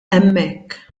hemmhekk